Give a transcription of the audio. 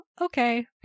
okay